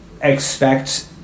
expect